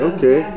Okay